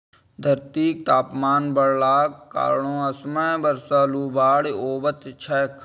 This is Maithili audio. धरतीक तापमान बढ़लाक कारणें असमय बर्षा, लू, बाढ़ि अबैत छैक